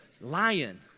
lion